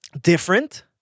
different